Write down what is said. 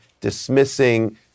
dismissing